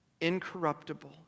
incorruptible